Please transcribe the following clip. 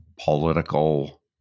political